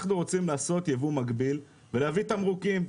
אנחנו רוצים לעשות יבוא מקביל ולהביא תמרוקים,